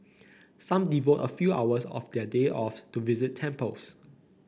some devote a few hours of their day off to visit temples